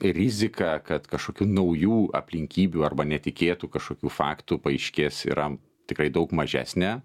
rizika kad kažkokių naujų aplinkybių arba netikėtų kažkokių faktų paaiškės yra tikrai daug mažesnė